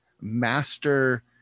master